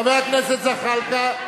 חבר הכנסת זחאלקה.